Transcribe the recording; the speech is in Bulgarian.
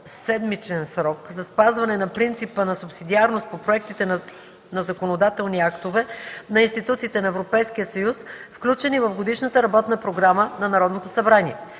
осемседмичен срок за спазване на принципа на субсидиарност по проектите на законодателни актове на институциите на Европейския съюз, включени в годишната работна програма на Народното събрание.